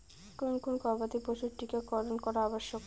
কোন কোন গবাদি পশুর টীকা করন করা আবশ্যক?